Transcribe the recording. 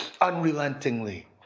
unrelentingly